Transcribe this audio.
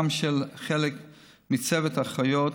גם חלק מצוות האחיות,